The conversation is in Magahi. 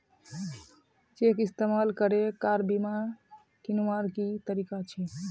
चेक इस्तेमाल करे कार बीमा कीन्वार की तरीका छे?